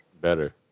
Better